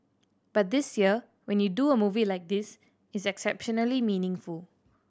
but this year when you do a movie like this it's exceptionally meaningful